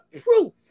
proof